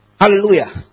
Hallelujah